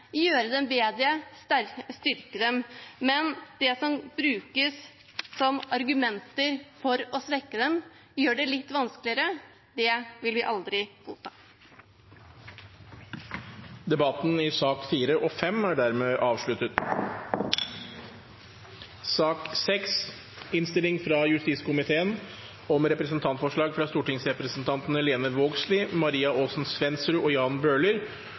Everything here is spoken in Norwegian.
gjøre dem bedre, styrke dem. Men det som brukes som argumenter for å svekke dem, gjør det litt vanskeligere. Det vil vi aldri godta. Debatten i sakene nr. 4 og 5 er dermed avsluttet. Etter ønske fra justiskomiteen vil presidenten ordne debatten slik: Det blir 5 minutter til hver partigruppe og